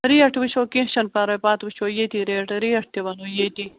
rate وُچھو کیٚنٛہہ چھُنہٕ پَرواے پَتہٕ وُچھُو ییٚتی ریٹہٕ ریٹ تہِ وَنہو ییٚتی